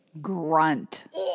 grunt